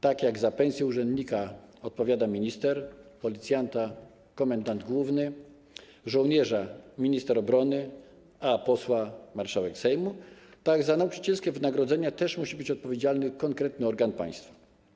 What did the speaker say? Tak jak za pensję urzędnika odpowiada minister, policjanta - komendant główny, żołnierza - minister obrony, a posła - marszałek Sejmu, tak za nauczycielskie wynagrodzenia też musi być odpowiedzialny konkretny organ państwa.